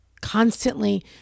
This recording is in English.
constantly